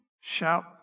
shout